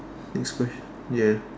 next question ya